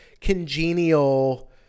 congenial